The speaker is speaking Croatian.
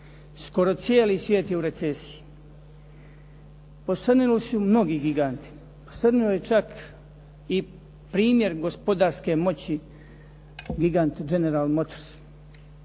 Skoro cijeli svijet je u recesiji. Posrnuli su mnogi giganti. Posrnuo je čak i primjer gospodarske moći gigant General motors.